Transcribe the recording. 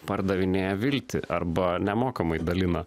pardavinėja viltį arba nemokamai dalina